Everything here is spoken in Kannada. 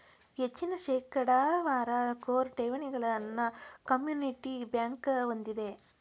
ಹೆಚ್ಚಿನ ಶೇಕಡಾವಾರ ಕೋರ್ ಠೇವಣಿಗಳನ್ನ ಕಮ್ಯುನಿಟಿ ಬ್ಯಂಕ್ ಹೊಂದೆದ